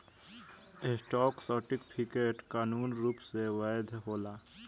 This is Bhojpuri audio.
स्टॉक सर्टिफिकेट कानूनी रूप से वैध होला